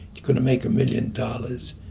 you couldn't make a million dollars.